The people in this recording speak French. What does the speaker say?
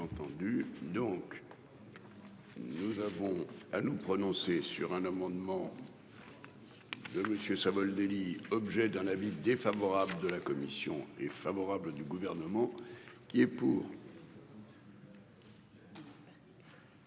donc. Nous avons à nous prononcer sur un amendement. De monsieur Savoldelli objet dans la ville défavorable de la commission est favorable du gouvernement qui est pour.